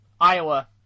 Iowa